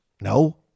No